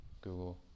Google